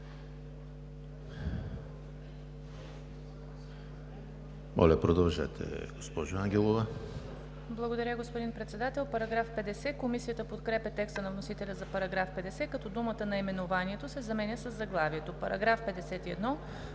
Моля, продължете, госпожо Ангелова.